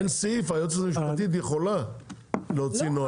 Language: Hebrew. אין סעיף היועצת המשפטית יכולה להוציא נוהל כזה.